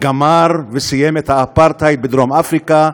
גמר וסיים את האפרטהייד בדרום-אפריקה,